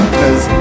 cause